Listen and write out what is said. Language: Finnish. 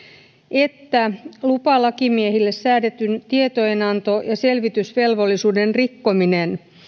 että lupalakimiehille säädetyn tietojenanto ja selvitysvelvollisuuden rikkominen